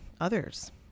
others